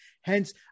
hence